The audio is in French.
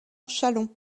chalon